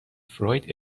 فروید